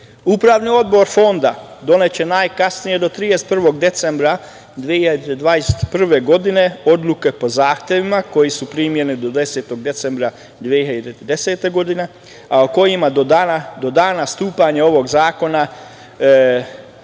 zakona. Upravni odbor Fonda doneće najkasnije do 31. decembra 2021. godine odluke po zahtevima koji su primljene do 10. decembra 2010. godine, a po kojima do dana stupanja ovog zakona